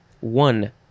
One